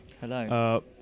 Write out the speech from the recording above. Hello